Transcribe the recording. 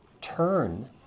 turn